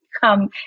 come